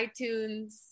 iTunes